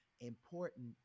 important